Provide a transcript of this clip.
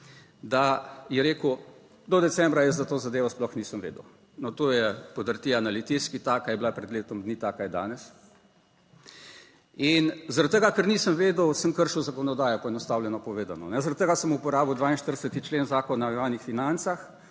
da je rekel, do decembra jaz za to zadevo sploh nisem vedel. No, to je podrtija na Litijski, taka je bila pred letom dni, taka je danes. In zaradi tega, ker nisem vedel, sem kršil zakonodajo poenostavljeno povedano, zaradi tega sem uporabil 42. člen Zakona o javnih financah,